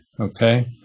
Okay